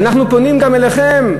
ואנחנו פונים גם אליכם,